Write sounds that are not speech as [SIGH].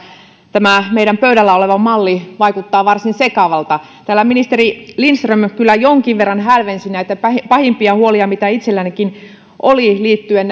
tämä meidän pöydällä oleva malli vaikuttaa varsin sekavalta täällä ministeri lindström kyllä jonkin verran hälvensi näitä pahimpia huolia mitä itsellänikin oli liittyen [UNINTELLIGIBLE]